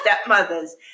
stepmothers